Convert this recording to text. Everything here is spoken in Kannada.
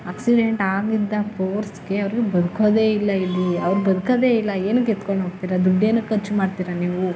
ಆಕ್ಸಿಡೆಂಟ್ ಆಗಿದ್ದ ಫೋರ್ಸ್ಗೆ ಅವರು ಬದುಕೋದೇ ಇಲ್ಲ ಇಲ್ಲಿ ಅವ್ರು ಬದುಕೋದೆ ಇಲ್ಲ ಏನಕ್ಕೆ ಎತ್ಕೊಂಡು ಹೋಗ್ತಿರೋ ದುಡ್ಡು ಏನಕ್ಕೆ ಖರ್ಚು ಮಾಡ್ತೀರ ನೀವು